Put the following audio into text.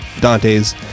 Dante's